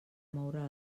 moure